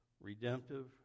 redemptive